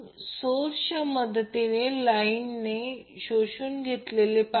तर तो Ia या फेजमध्ये जात आहे